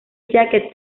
jacques